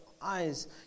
eyes